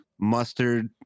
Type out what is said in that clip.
mustard